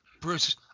Bruce